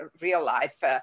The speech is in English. real-life